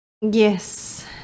Yes